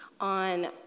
on